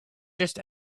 just